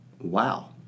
wow